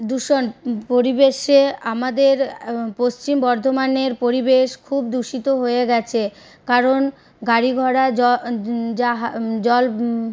দূষণ পরিবেশে আমাদের পশ্চিম বর্ধমানের পরিবেশ খুব দূষিত হয়ে গেছে কারণ গাড়িঘোড়া জ জাহা জল